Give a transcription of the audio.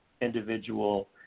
individual